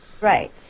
Right